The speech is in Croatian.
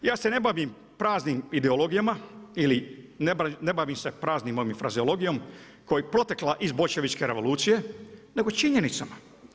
Ja se ne bavim praznim ideologijama ili ne bavim se praznim … frazeologijom koja je potekla iz Boljševičke revolucije nego činjenicama.